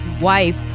wife